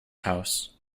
house